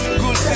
good